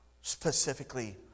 specifically